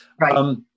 right